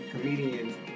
comedians